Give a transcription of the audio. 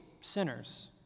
sinners